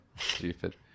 stupid